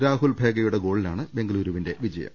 രാഹുൽ ഭേഗേ യുടെ ഗോളിലാണ് ബെഗുലൂരുവിന്റെ വിജയം